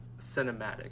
cinematic